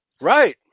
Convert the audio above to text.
Right